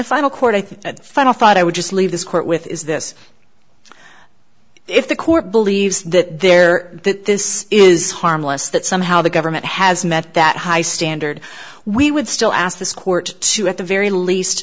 the final court i think final thought i would just leave this court with is this if the court believes that there that this is harmless that somehow the government has met that high standard we would still ask this court to at the very